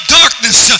darkness